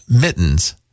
mittens